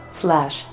slash